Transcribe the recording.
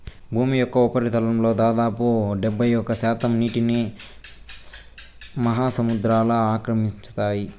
భూమి యొక్క ఉపరితలంలో దాదాపు డెబ్బైఒక్క శాతం నీటిని మహాసముద్రాలు ఆక్రమించాయి